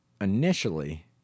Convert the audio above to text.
Initially